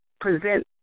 present